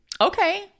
Okay